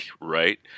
right